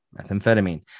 methamphetamine